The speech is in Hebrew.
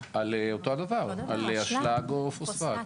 על אותו דבר, על אשלג או פוספט.